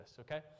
okay